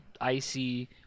Icy